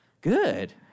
Good